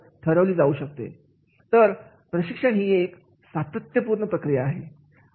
तर प्रशिक्षण ही एक सातत्य प्रक्रिया आहे